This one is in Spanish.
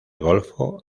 golfo